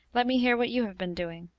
let me hear what you have been doing.